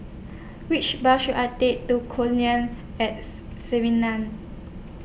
Which Bus should I Take to At